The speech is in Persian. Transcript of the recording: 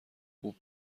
خوب